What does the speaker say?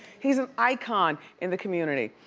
he's an icon in the community.